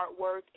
artwork